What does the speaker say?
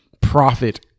profit